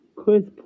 Chris